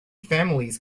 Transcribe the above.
families